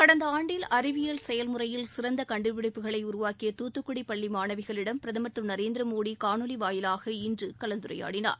கடந்த ஆண்டில் அறிவியல் செயல் முறையில் சிறந்த கண்டுபிடிப்புகளை உருவாக்கிய துத்துக்குடி பள்ளி மாணவிகளிடம் பிரதமர் திரு நரேந்திர மோடி காணொலி வாயிலாக இன்று கலந்துரையாடினார்